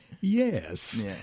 Yes